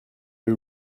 you